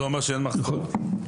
זה לא אומר שאין מחסור במורים.